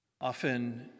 Often